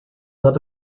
not